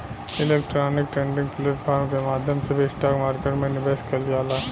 electronic trading platform के माध्यम से भी स्टॉक मार्केट में निवेश कईल जाला